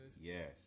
Yes